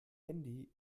handy